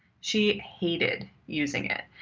she hated using it.